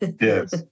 Yes